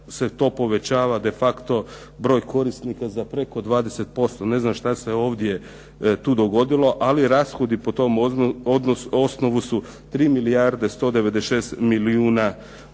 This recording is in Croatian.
se to povećava de facto broj korisnika za preko 20%. Ne znam šta se ovdje tu dogodilo, ali rashodi po tom osnovu su 3 milijarde 196 milijuna kuna,